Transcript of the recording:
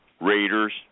Raiders